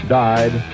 died